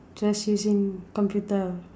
just using computer